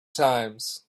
times